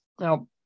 Now